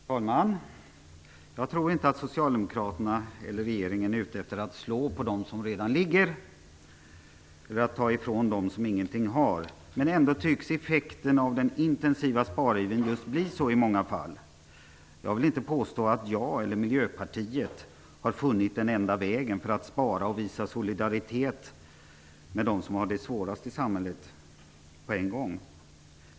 Herr talman! Jag tror inte att Socialdemokraterna eller regeringen är ute efter att slå på dem som redan ligger, eller att ta från dem som ingenting har. Ändå tycks effekten av den intensiva sparivern i många fall bli just sådan. Jag vill inte påstå att jag, eller Miljöpartiet, har funnit den enda vägen för att på en gång spara och visa solidaritet med dem som har det svårast i samhället.